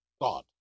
God